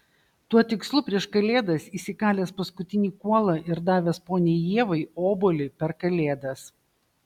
tuo tikslu prieš kalėdas jis įkalęs paskutinį kuolą ir davęs poniai ievai obuolį per kalėdas